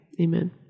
Amen